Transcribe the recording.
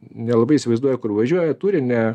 nelabai įsivaizduoja kur važiuoja turi ne